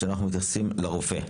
שאנחנו מתייחסים לרופא.